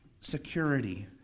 security